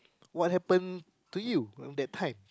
what happen to you at that time